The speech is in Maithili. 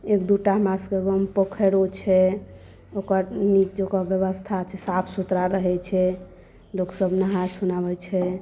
एक दू टा हमरा सबके गाँवमे पोखरियो छै ओकर नीक जेकाँ व्यवस्था छै साफ सुथरा रहै छै लोकसब नहाइ सोनाबै छै